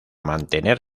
mantener